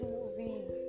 movies